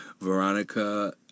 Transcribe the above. Veronica